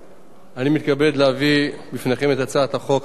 אני מתכבד להביא בפניכם את הצעת חוק המקרקעין